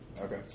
Okay